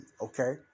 Okay